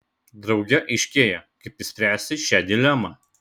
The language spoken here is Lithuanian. drauge aiškėja kaip išspręsti šią dilemą